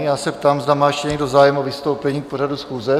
Já se ptám, zda má ještě někdo zájem o vystoupení k pořadu schůze?